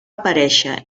aparèixer